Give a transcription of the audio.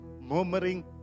murmuring